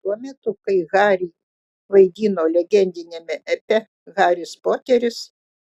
tuo metu kai harry vaidino legendiniame epe haris poteris